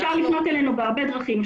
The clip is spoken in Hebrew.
אפשר לפנות אלינו בהרבה דרכים.